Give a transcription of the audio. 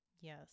yes